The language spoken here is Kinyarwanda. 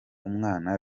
umwana